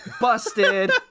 busted